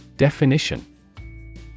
Definition